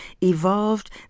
evolved